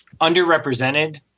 underrepresented